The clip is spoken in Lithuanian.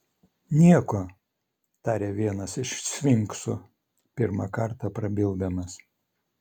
nieko tarė vienas iš sfinksų pirmą kartą prabildamas